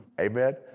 Amen